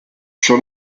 ciò